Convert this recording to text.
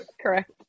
Correct